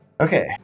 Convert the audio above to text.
Okay